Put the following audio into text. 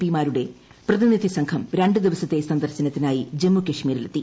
P മാരുടെ പ്രതിനിധി സംഘം രണ്ടു ദിവസത്തെ സന്ദർശനത്തിനായി ജമ്മു കശ്മീരിൽ എത്തി